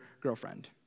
girlfriend